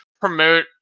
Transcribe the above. promote